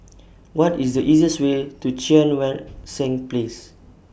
What IS The easiest Way to Cheang Wan Seng Place